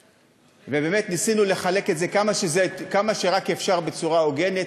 ובאמת ניסינו לחלק את זה כמה שרק אפשר בצורה הוגנת,